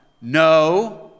No